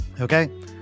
Okay